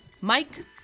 Mike